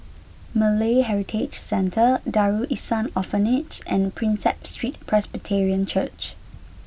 Malay Heritage Centre Darul Ihsan Orphanage and Prinsep Street Presbyterian Church